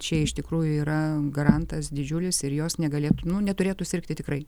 čia iš tikrųjų yra garantas didžiulis ir jos negalėtų neturėtų sirgti tikrai